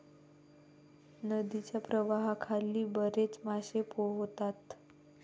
नदीच्या प्रवाहाखाली बरेच मासे पोहतात